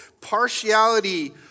partiality